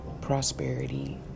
prosperity